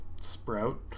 sprout